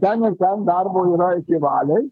ten ir ten darbo yra iki valiai